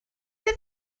oedd